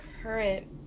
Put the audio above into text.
current